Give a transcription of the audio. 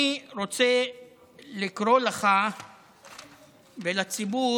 אני רוצה לקרוא לך ולציבור